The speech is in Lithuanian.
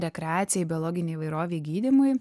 rekreacijai biologinei įvairovei gydymui